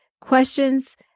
Questions